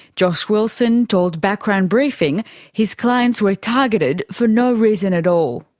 josh wilson told background briefing his clients were targeted for no reason at all.